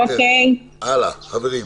חברים,